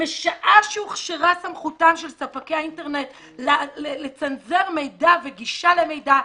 משעה שהוכשרה סמכותם של ספקי האינטרנט לצנזר מידע וגישה למידע,